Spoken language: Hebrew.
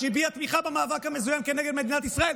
שהביע תמיכה במאבק המזוין כנגד מדינת ישראל,